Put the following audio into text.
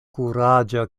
kuraĝa